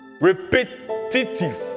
Repetitive